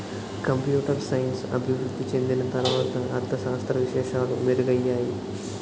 computer science అభివృద్ధి చెందిన తర్వాత అర్ధ శాస్త్ర విశేషాలు మెరుగయ్యాయి